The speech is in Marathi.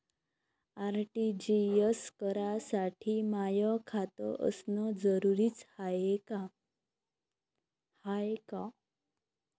आर.टी.जी.एस करासाठी माय खात असनं जरुरीच हाय का?